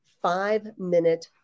five-minute